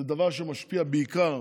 זה דבר שמשפיע בעיקר